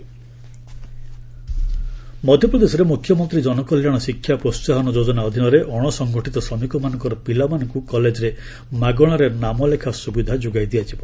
MP free higher ମଧ୍ୟପ୍ରଦେଶରେ ମୁଖ୍ୟମନ୍ତ୍ରୀ ଜନକଲ୍ୟାଣ ଶିକ୍ଷା ପ୍ରୋହାହନ ଯୋଜନା ଅଧୀନରେ ଅଣସଂଗଠିତ ଶ୍ରମିକମାନଙ୍କର ପିଲାମାନଙ୍କୁ କଲେକ୍ରେ ମାଗଣାରେ ନାମଲେଖା ସୁବିଧା ଯୋଗାଇ ଦିଆଯିବ